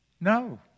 no